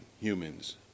humans